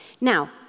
Now